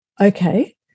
okay